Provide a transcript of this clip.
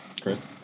Chris